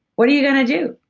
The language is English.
what are you gonna do?